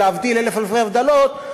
ולהבדיל אלף אלפי הבדלות,